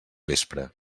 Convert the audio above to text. vespre